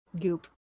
goop